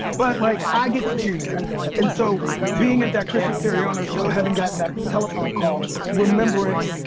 but like, i get to choose that. and so being at that christian siriano show, having gotten that telephone call remembering,